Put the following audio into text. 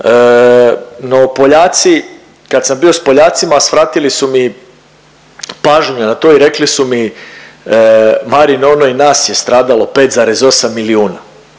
no Poljaci kad sam bio s Poljacima svratili su mi pažnju na to i rekli su mi Marin ono i nas je stradalo 5,8 milijuna.